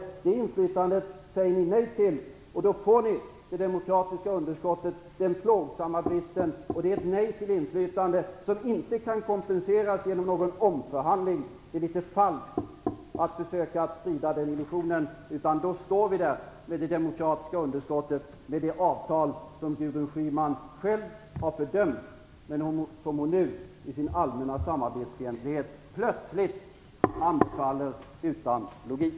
Det är detta inflytande som ni säger nej till, och då får ni det demokratiska underskottet - den plågsamma bristen. Det är ett nej till inflytande som inte kan kompenseras genom någon omförhandling - det är litet falskt att försöka sprida den illusionen - utan då står vi där med det demokratiska underskottet och det avtal som Gudrun Schyman själv har fördömt, men som hon nu i sin allmänna samarbetsfientlighet plötsligt anbefaller utan logik.